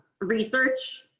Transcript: research